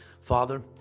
Father